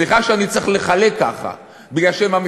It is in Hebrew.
סליחה שאני צריך לחלק ככה מפני שהן